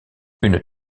une